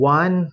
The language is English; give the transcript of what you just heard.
one